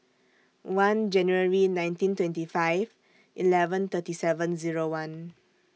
one January nineteen twenty five eleven thirty seven Zero one